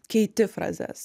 keiti frazes